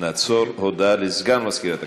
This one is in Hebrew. הודעה לסגן מזכירת הכנסת.